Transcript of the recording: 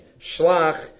Shlach